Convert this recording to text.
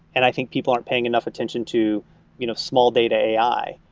and i think people aren't paying enough attention to you know small data a i.